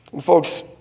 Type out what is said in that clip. Folks